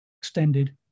extended